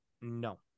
No